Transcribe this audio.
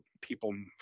people